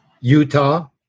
Utah